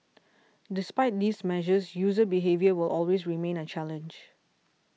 despite these measures user behaviour will always remain a challenge